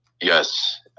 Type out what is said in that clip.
Yes